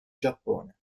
giappone